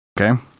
Okay